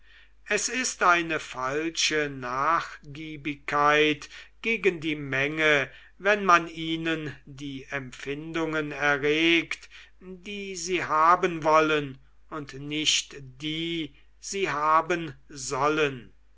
es ist eine falsche nachgiebigkeit gegen die menge wenn man ihnen die empfindungen erregt die sie haben wollen und nicht die die sie haben sollen